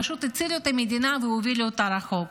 פשוט הצילו את המדינה והובילו אותה רחוק.